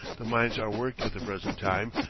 the mines are worked at the present time,